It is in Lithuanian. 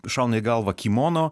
šauna į galvą kimono